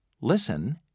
Listen